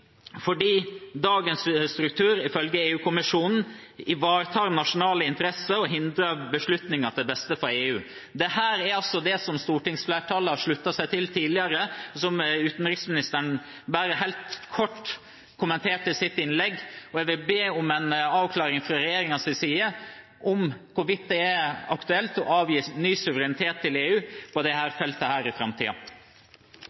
fordi dagens struktur ifølge EU-kommisjonen ivaretar nasjonale interesser og hindrer beslutninger til beste for EU. Dette er altså det som stortingsflertallet har sluttet seg til tidligere, og som utenriksministeren bare helt kort kommenterte i sitt innlegg. Jeg vil be om en avklaring fra regjeringens side om hvorvidt det er aktuelt å avgi ny suverenitet til EU på